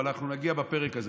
אבל אנחנו נגיע לפרק הזה,